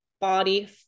body